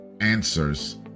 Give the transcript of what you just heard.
answers